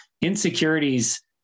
insecurities